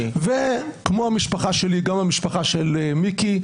וכמו המשפחה שלי גם המשפחה של מיקי,